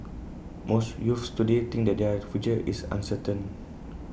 most youths today think that their future is uncertain